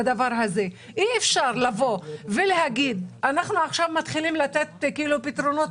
אי אפשר לבוא ולומר שאנחנו עכשיו מתחילים לתת פתרונות